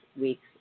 week's